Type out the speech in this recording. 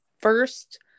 first